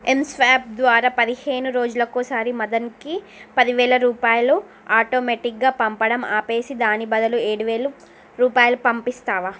ఎమ్ swap ద్వారా పదిహేను రోజులకోసారి మదన్కి పది వేల రూపాయలు ఆటోమేటిక్గా పంపడం ఆపేసి దానికి బదులు ఏడు వేల రూపాయలు పంపిస్తావా